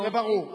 זה ברור,